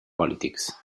politics